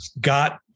got